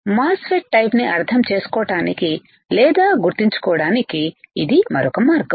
mass ఫెట్ type ని అర్థం చేసుకోవడానికి లేదా గుర్తించడానికి ఇది మరొక మార్గం